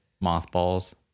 Mothballs